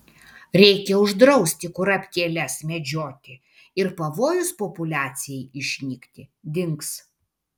reikia uždrausti kurapkėles medžioti ir pavojus populiacijai išnykti dings